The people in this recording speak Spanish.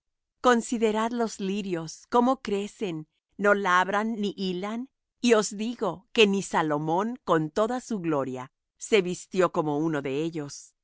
considerad los lirios cómo crecen no labran ni hilan y os digo que ni salomón con toda su gloria se vistió como uno de ellos